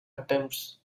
attempts